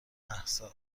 مهسا